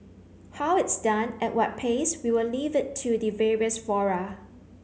how it's done at what pace we will leave it to the various fora